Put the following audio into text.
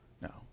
No